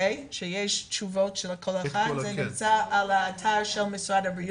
הדו"ח נמצא באתר.